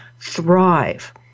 thrive